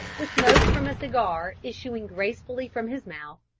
the smoke from a cigar issuing gracefully from his mouth,